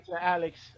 Alex